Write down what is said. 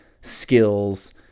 skills